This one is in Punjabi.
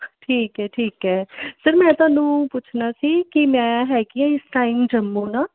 ਠੀਕ ਹੈ ਠੀਕ ਹੈ ਸਰ ਮੈਂ ਤੁਹਾਨੂੰ ਪੁੱਛਣਾ ਸੀ ਕਿ ਮੈਂ ਹੈਗੀ ਆ ਇਸ ਟਾਈਮ ਜੰਮੂ ਨਾ